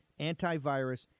antivirus